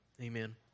Amen